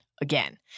Again